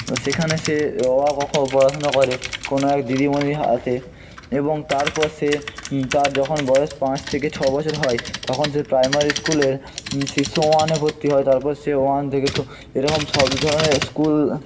সেখানে সে অ আ ক খ পড়াশোনা করে কোনো এক দিদিমণির হাতে এবং তার পাশে তার যখন বয়স পাঁচ থেকে ছ বছর হয় তখন সে প্রাইমারি স্কুলে শিশু ওয়ানে ভর্তি হয় তারপর সে ওয়ান থেকে টু এরকম সব ধরনের স্কুল